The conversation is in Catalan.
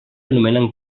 anomenen